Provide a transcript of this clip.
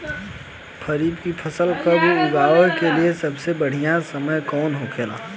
खरीफ की फसल कब उगाई के लिए सबसे बढ़ियां समय कौन हो खेला?